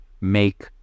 make